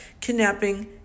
kidnapping